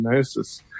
diagnosis